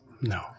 No